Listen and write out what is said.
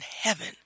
heaven